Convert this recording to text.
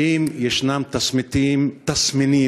האם יש תסמינים של עולם תחתון,